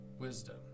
wisdom